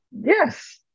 Yes